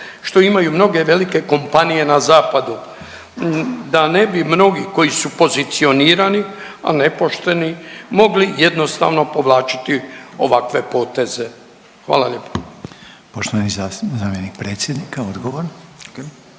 što imaju mnoge velike kompanije na zapadu, da ne bi mnogi koji su pozicionirani, a nepošteni mogli jednostavno povlačiti ovakve poteze. Hvala lijepo. **Reiner, Željko (HDZ)** Poštovani zamjenik predsjednika odgovor.